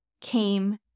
came